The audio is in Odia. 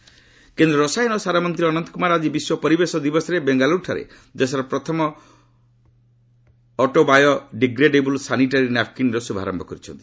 ଅନନ୍ତ କୁମାର କେନ୍ଦ୍ର ରସାୟନ ଓ ସାର ମନ୍ତ୍ରୀ ଅନନ୍ତ କୁମାର ଆଜି ବିଶ୍ୱ ପରିବେଶ ଦିବସରେ ବେଙ୍ଗାଲୁରୁଠାରେ ଦେଶର ପ୍ରଥମ ଅକ୍ଟୋବାୟୋ ଡିଗ୍ରେଡେବୁଲ୍ ସାନିଟାରୀ ନାପ୍କିନ୍ର ଶୁଭାରମ୍ଭ କରିଛନ୍ତି